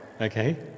Okay